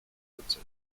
docentowi